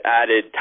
added